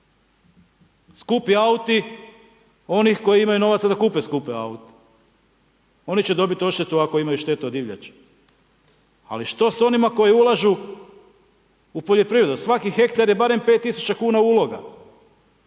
Skupi auti onih koji imaju novaca da kupe skupe aute. Oni će dobiti odštetu ako imaju štetu od divljači. Ali što s onima koji ulažu u poljoprivredu, svaki hektar je barem 5000 kn uloga.